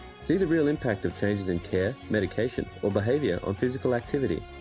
see the real impact of changes in care, medication or behavior on physical activity.